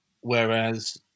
whereas